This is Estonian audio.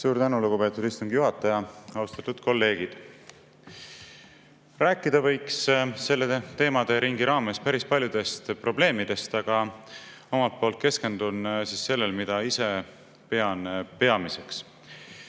Suur tänu, lugupeetud istungi juhataja! Austatud kolleegid! Rääkida võiks selles teemaderingis päris paljudest probleemidest, aga keskendun sellele, mida ise pean peamiseks.